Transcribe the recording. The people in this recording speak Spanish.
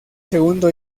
segundo